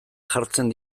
jartzen